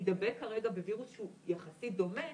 יידבק כרגע בווירוס שהוא יחסית דומה,